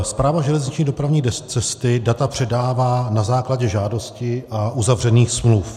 Správa železniční dopravní cesty data předává na základě žádosti a uzavřených smluv.